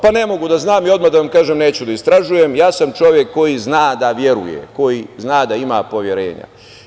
Pa, ne mogu da znam i odmah da vam kažem, neću da istražujem, ja sam čovek koji zna da veruje, koji zna da ima poverenja.